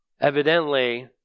Evidently